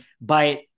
But-